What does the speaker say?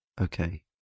Okay